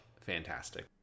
fantastic